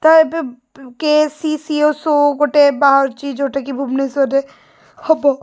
ତ ଏବେ K C C ଓ ସୋ ଗୋଟେ ବାହାରୁଛି ଯେଉଁଟାକି ଭୁବନେଶ୍ୱରରେ ହବ